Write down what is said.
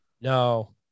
No